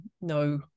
no